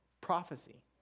Prophecy